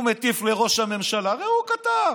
הוא מטיף לראש הממשלה, הרי הוא כתב: